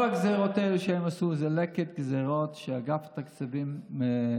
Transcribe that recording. כל הגזרות האלה שהם עשו זה לקט גזרות שאגף התקציבים עושה,